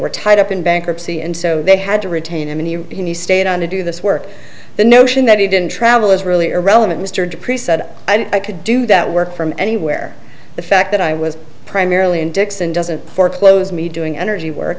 were tied up in bankruptcy and so they had to retain him and he stayed on to do this work the notion that he didn't travel is really irrelevant mr dupree said i could do that work from anywhere the fact that i was primarily in dickson doesn't foreclose me doing energy work